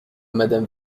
madame